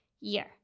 year